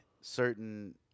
certain